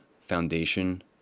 foundation